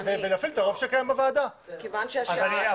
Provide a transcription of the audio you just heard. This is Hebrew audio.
ונפעיל את הרוב שקיים בוועדה, אבל שיחליטו.